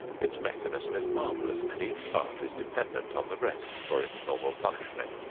its mechanism is marvelous, and each part is dependent on the rest for its normal functioning.